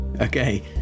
Okay